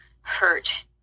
hurt